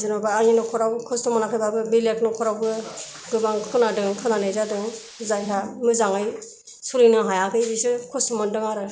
जेन'बा आंनि नख'राव खस्थ' मोनाखैबाबो बेलेख न'खरावबो गोबां खोनादों खोनानाय जादों जायहा मोजाङै सोलिनो हायाखै बिसोर खस्थ' मोनदों आरो